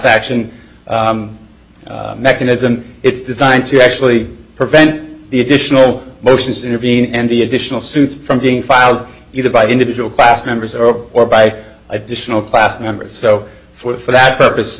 action mechanism it's designed to actually prevent the additional motions intervene and the additional suits from being filed either by individual past members or or by additional class members so for that purpose